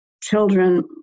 children